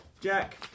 Jack